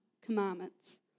commandments